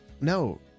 No